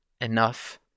enough